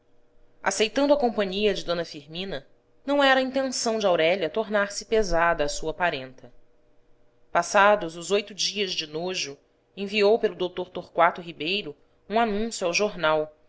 aceitando a companhia de d firmina não era intenção de aurélia tornar-se pesada à sua parenta passados os oito dias de nojo enviou pelo dr torquato ribeiro um anúncio ao jornal